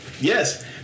Yes